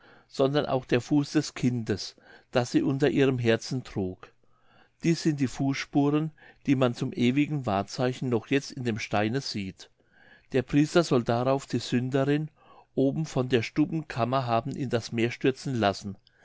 sondern auch der fuß des kindes das sie unter ihrem herzen trug dies sind die fußspuren die man zum ewigen wahrzeichen noch jetzt in dem steine sieht der priester soll darauf die sünderin oben von der stubbenkammer haben in das meer stürzen lassen